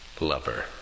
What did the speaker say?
lover